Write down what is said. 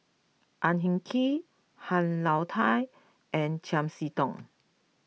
Ang Hin Kee Han Lao Da and Chiam See Tong